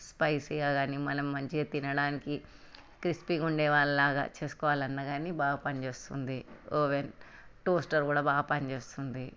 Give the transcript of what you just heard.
స్పయిసీగా కాని మనం మంచిగా తినడానికి క్రిస్పీగా ఉండే వాళ్ళలాగా చేసుకోవాలన్నా కాని బాగా పనిచేస్తుంది ఒవెన్ టోస్టర్ కూడా బాగా పనిచేస్తుంది